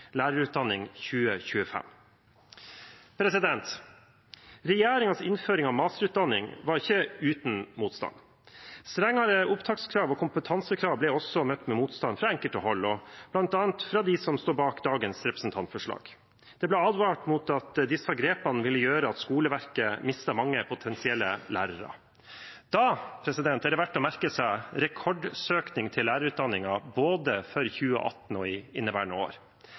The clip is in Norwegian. Lærerutdanning 2025. Regjeringens innføring av masterutdanning var ikke uten motstand. Strengere opptakskrav og kompetansekrav ble også møtt med motstand fra enkelte hold, bl.a. fra dem som står bak dagens representantforslag. Det ble advart mot at disse grepene ville gjøre at skoleverket mistet mange potensielle lærere. Da er det verdt å merke seg rekordsøkningen til lærerutdanningen for både 2018 og inneværende år.